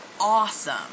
awesome